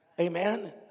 Amen